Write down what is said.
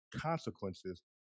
consequences